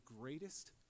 greatest